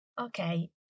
Okay